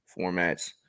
formats